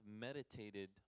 meditated